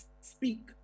speak